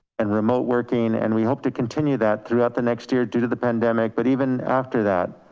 and remote working. and we hope to continue that throughout the next year due to the pandemic, but even after that,